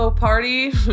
party